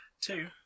Two